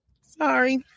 sorry